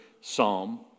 Psalm